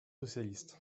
socialiste